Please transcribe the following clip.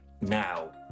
now